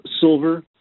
silver